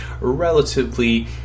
relatively